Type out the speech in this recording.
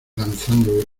lanzando